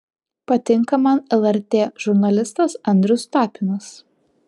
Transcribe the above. patinka man lrt žurnalistas andrius tapinas